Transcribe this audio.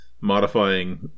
modifying